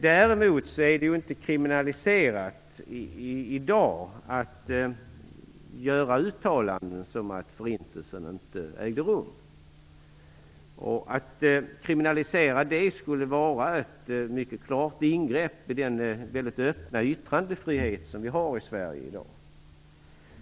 Däremot är det inte kriminaliserat i dag att göra uttalanden om att förintelsen inte ägde rum. Att kriminalisera det skulle vara ett mycket klart ingrepp i den väldigt generösa yttrandefrihet som vi har i Sverige i dag.